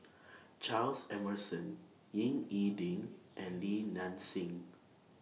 Charles Emmerson Ying E Ding and Li Nanxing